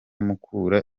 mukura